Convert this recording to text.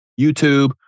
YouTube